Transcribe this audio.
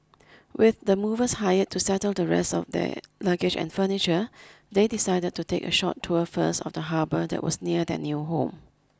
with the movers hired to settle the rest of their luggage and furniture they decided to take a short tour first of the harbour that was near their new home